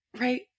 Right